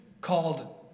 called